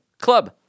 Club